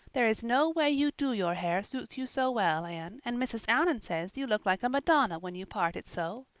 there is no way you do your hair suits you so well, anne, and mrs. allan says you look like a madonna when you part it so.